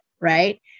Right